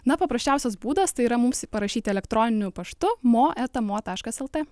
na paprasčiausias būdas tai yra mums parašyti elektroniniu paštu mo eta mo taškas lt